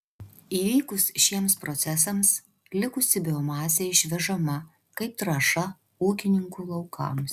įvykus šiems procesams likusi biomasė išvežama kaip trąša ūkininkų laukams